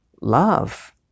love